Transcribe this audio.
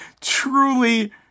truly